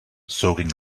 soaking